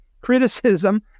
criticism